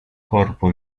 corpo